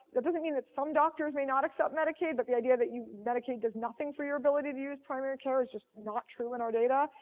that doesn't mean that some doctors may not accept medicaid, but the idea that medicaid does nothing for your ability to use primary care is just not true in our data.